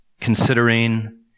considering